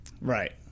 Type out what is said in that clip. Right